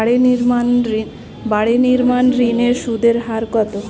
বাড়ি নির্মাণ ঋণের সুদের হার কত?